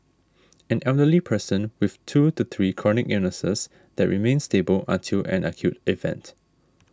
an elderly person with two to three chronic illnesses that remain stable until an acute event